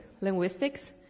linguistics